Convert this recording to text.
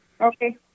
Okay